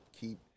keep